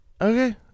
Okay